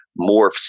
morphs